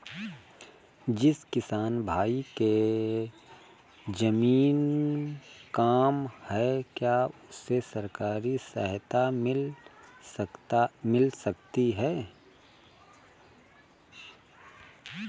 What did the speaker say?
जिस किसान भाई के ज़मीन कम है क्या उसे सरकारी सहायता मिल सकती है?